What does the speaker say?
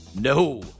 No